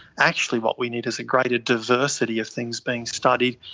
actually what we need is a greater diversity of things being studied,